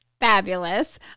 fabulous